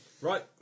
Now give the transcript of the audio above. Right